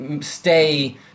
stay